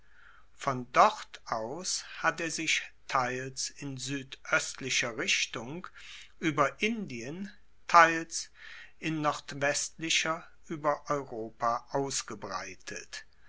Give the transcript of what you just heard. von dort aus hat er sich teils in suedoestlicher richtung ueber indien teils in nordwestlicher ueber europa ausgebreitet